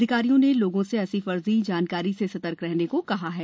अधिकारियों ने लोगों से ऐसी फर्जी जानकारी से सतर्क रहने का कहा है